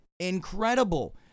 incredible